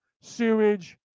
sewage